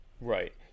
Right